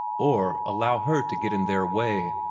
or allow her to get in their way.